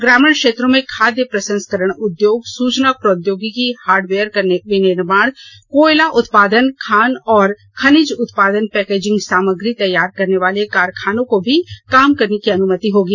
ग्रामीण क्षेत्रों में खाद्य प्रसंस्करण उद्योग सूचना प्रौद्योगिकी हार्डवेयर का विनिर्माण कोयला उत्पादन खान और खनिज उत्पादन पैकेजिंग सामग्री तैयार करने वाले कारखानों को भी काम करने की अनुमति होगी